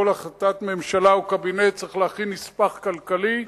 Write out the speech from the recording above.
החלטת הממשלה או קבינט צריך להכין נספח כלכלי,